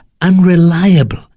unreliable